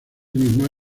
mismo